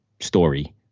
story